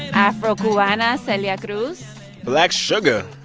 afro-cubana, celia cruz black sugar.